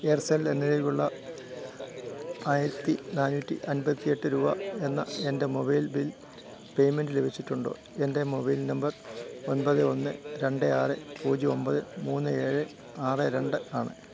Aircel എന്നതിലുള്ള ആയിരത്തി നാന്നൂറ്റിയൻപത്തിയെട്ട് രൂപ എന്ന എൻ്റെ മൊബൈൽ ബിൽ പേയ്മെൻ്റ് ലഭിച്ചിട്ടുണ്ടോ എൻ്റെ മൊബൈൽ നമ്പർ ഒൻപത് ഒന്ന് രണ്ട് ആറ് പൂജ്യം ഒൻപത് മൂന്ന് ഏഴ് ആറ് രണ്ട് ആണ്